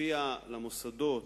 שלפיה מוסדות